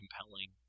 compelling